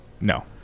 No